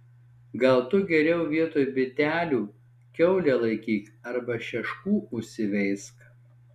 gal tu geriau vietoj bitelių kiaulę laikyk arba šeškų užsiveisk